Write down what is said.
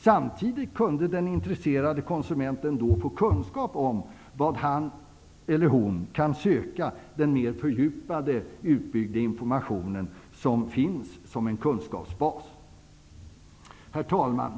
Samtidigt kan den intresserade konsumenten få kunskap om vad han eller hon kan söka med den fördjupade information som finns som en kunskapsbas. Herr talman!